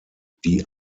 die